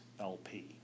LP